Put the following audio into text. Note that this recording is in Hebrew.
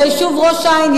ביישוב ראש-העין,